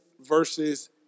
versus